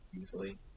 easily